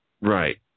Right